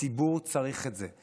הציבור צריך את זה.